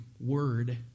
word